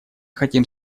хотим